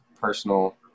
personal